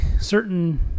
certain